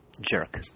Jerk